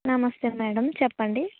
నమస్తే మేడం చెప్పండి